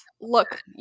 look